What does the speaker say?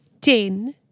ten